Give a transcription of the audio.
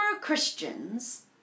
Christians